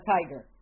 Tiger